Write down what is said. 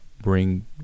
bring